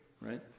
right